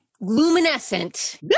Luminescent